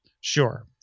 Sure